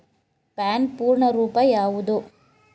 PAN ಪೂರ್ಣ ರೂಪ ಯಾವುದು?